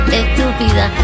estúpida